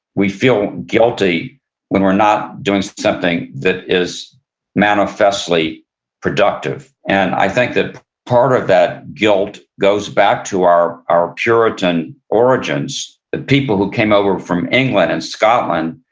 we feel guilty when we are not doing something that is manifestly productive. and i think that part of that guilt goes back to our our puritan origins. the people who came over from england and scotland,